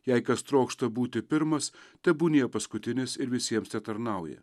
jei kas trokšta būti pirmas tebūnie paskutinis ir visiems tetarnauja